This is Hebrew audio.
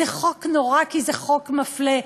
זה חוק נורא כי זה חוק מפלה.